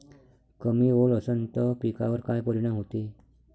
कमी ओल असनं त पिकावर काय परिनाम होते?